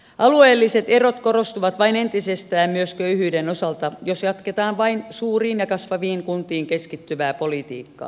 alueelliset erot korostuvat vain entisestään myös köyhyyden osalta jos jatketaan vain suuriin ja kasvaviin kuntiin keskittyvää politiikkaa